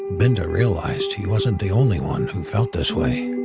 binda realized he wasn't the only one who felt this way.